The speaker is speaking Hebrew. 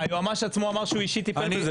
היועץ המשפטי עצמו אמר שהוא אישית טיפל בזה.